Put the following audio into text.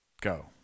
Go